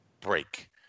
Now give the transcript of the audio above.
break